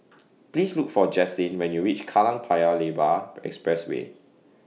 Please Look For Jaslene when YOU REACH Kallang Paya Lebar Expressway